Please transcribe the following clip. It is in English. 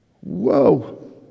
Whoa